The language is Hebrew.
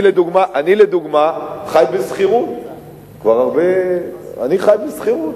אני לדוגמה חי בשכירות כבר הרבה, אני חי בשכירות.